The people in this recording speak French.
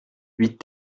huit